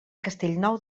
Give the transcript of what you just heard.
castellnou